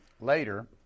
later